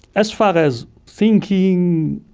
as far as thinking,